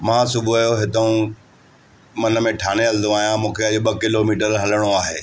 मां सुबुह जो हितो मन में ठाने हलंदो आहियां मूंखे अॼु ॿ किलोमीटर हलिणो आहे